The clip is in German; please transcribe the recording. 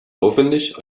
aufwendig